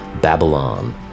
Babylon